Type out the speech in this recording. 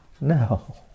No